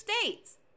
states